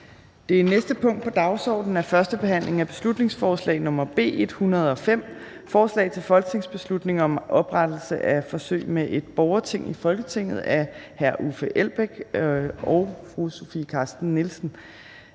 Det næste punkt på dagsordenen er: 12) 1. behandling af beslutningsforslag nr. B 105: Forslag til folketingsbeslutning om oprettelse af forsøg med et borgerting i Folketinget. Af Uffe Elbæk (FG) og Sofie Carsten Nielsen